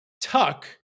Tuck